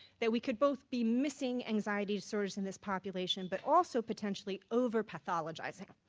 that we could both be missing anxiety disorders in this population but also potentially overpathologizing.